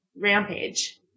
rampage